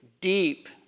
deep